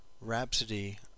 Rhapsody